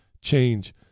change